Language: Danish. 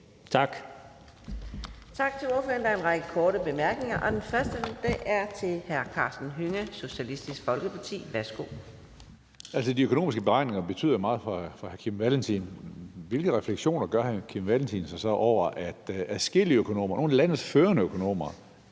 Tak til ordføreren. Der en række korte bemærkninger. Den første bemærkning er til hr. Karsten Hønge, Socialistisk Folkeparti. Værsgo. Kl. 18:52 Karsten Hønge (SF): De økonomiske beregninger betyder meget for hr. Kim Valentin. Hvilke refleksioner gør hr. Kim Valentin sig så over, at adskillige økonomer, nogle af landets førende økonomer,